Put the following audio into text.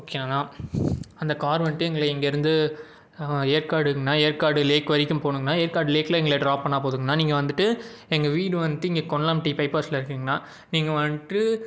okay அந்த car வந்துட்டு எங்களை இங்கேருந்து ஏற்காடுங்க அண்ணா ஏற்காடு லேக் வரைக்கும் போணும்ங்க அண்ணா ஏற்காடு லேக்கில் எங்களை ட்ராப் பண்ணா போதும்ங்கண்ணா நீங்கள் வந்துவிட்டு எங்கள் வீடு வந்துட்டு இங்கே கொல்லம்பட்டி பைபாஸில் இருக்குங்கண்ணா நீங்கள் வந்துட்டு